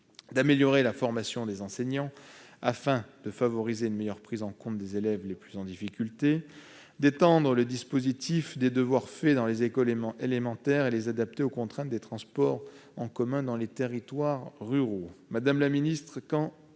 ; améliorer la formation des enseignants afin de favoriser une meilleure prise en compte des élèves les plus en difficulté ; étendre le dispositif Devoirs faits dans les écoles élémentaires et l'adapter aux contraintes des transports en commun dans les territoires ruraux. Madame la secrétaire